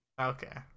Okay